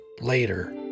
later